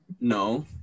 No